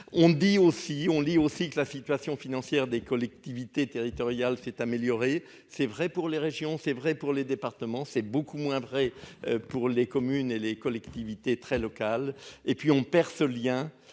On dit aussi, on lit aussi que la situation financière des collectivités territoriales s'est améliorée c'est vrai pour les régions, c'est vrai pour les départements, c'est beaucoup moins vrai pour les communes et les collectivités très local et puis on perd ce lien